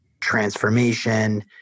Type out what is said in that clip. transformation